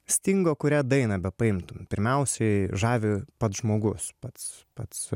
stingo kurią dainą bepaimtum pirmiausiai žavi pats žmogus pats pats